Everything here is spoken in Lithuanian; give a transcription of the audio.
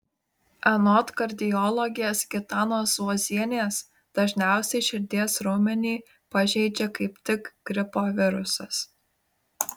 anot kardiologės gitanos zuozienės dažniausiai širdies raumenį pažeidžia kaip tik gripo virusas